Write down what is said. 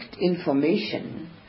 information